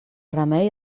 remei